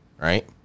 right